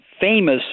famous